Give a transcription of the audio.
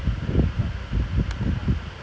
before we do our fourth format sheet